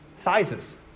sizes